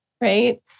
right